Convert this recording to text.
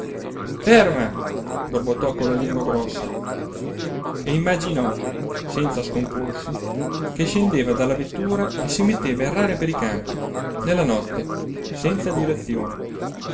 ferma borbottò con la lingua grossa e immaginò senza scomporsi che scendeva dalla vettura e si metteva a errare per i campi nella notte senza direzione